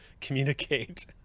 communicate